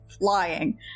flying